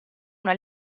una